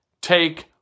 take